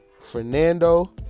Fernando